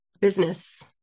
business